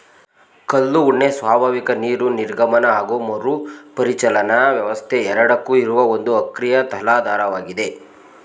ಕಲ್ಲು ಉಣ್ಣೆ ಸ್ವಾಭಾವಿಕ ನೀರು ನಿರ್ಗಮನ ಹಾಗು ಮರುಪರಿಚಲನಾ ವ್ಯವಸ್ಥೆ ಎರಡಕ್ಕೂ ಇರುವ ಒಂದು ಅಕ್ರಿಯ ತಲಾಧಾರವಾಗಿದೆ